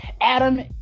Adam